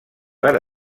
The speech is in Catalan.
per